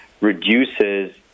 reduces